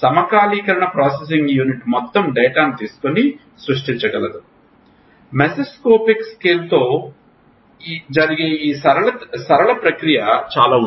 సమకాలీకరణ processing unit మొత్తం డేటాను తీసుకొని సృష్టించగలదు మెసోస్కోపిక్ స్కేల్లో జరిగే సరళత ప్రక్రియ చాలా ఉంది